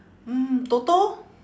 mm toto